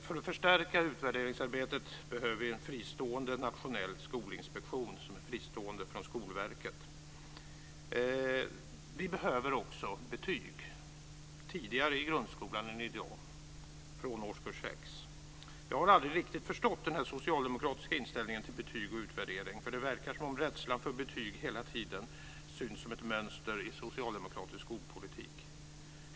För att förstärka utvärderingsarbetet behöver vi en fristående nationell skolinspektion som är fristående från Skolverket. Vi behöver också betyg tidigare än i dag i grundskolan, från årskurs 6. Jag har aldrig riktigt förstått den socialdemokratiska inställningen till betyg och utvärdering. Rädslan för betyg syns som ett mönster i socialdemokratisk skolpolitik.